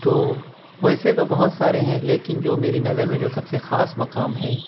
تو ویسے تو بہت سارے ہیں لیکن جو میری نظر میں جو سب سے خاص مقام ہے